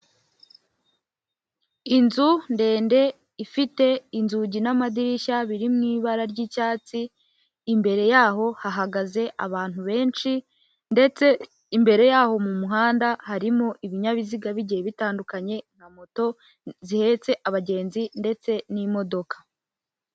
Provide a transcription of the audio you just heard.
Inzu ndende ifite inzugi n'amadirishya biri mu ibara ry'icyatsi, imbere yaho hahagaze abantu benshi ndetse imbere yaho m'umuhanda harimo ibinyabiziga bigiye bitandukanye na moto zihetse abagenzi ndetse n'imodoka.